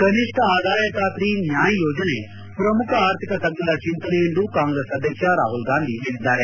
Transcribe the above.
ಕನಿಷ್ಣ ಆದಾಯ ಖಾತರಿ ನ್ನಾಯ್ ಯೋಜನೆ ಪ್ರಮುಖ ಆರ್ಥಿಕ ತಜ್ಞರ ಚಿಂತನೆ ಎಂದು ಕಾಂಗ್ರೆಸ್ ಅಧ್ಧಕ್ಷ ರಾಹುಲ್ ಗಾಂಧಿ ಹೇಳಿದ್ದಾರೆ